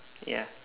ya